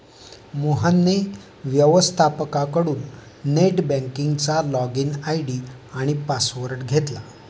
मोहनने व्यवस्थपकाकडून नेट बँकिंगचा लॉगइन आय.डी आणि पासवर्ड घेतला